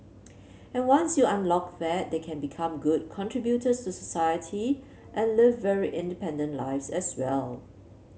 and once you unlock that they can become good contributors to society and live very independent lives as well